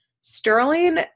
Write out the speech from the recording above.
sterling